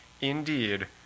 indeed